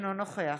אינו נוכח